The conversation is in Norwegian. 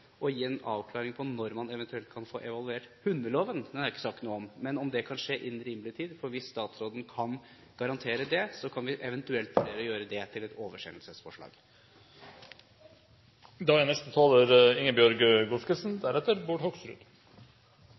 gi en avklaring av når man eventuelt kan få evaluert hundeloven – den er det ikke sagt noe om – og om det kan skje innen rimelig tid. Hvis statsråden kan garantere det, kan vi eventuelt vurdere å gjøre forslaget om til et oversendelsesforslag.